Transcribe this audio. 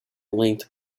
linked